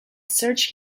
searched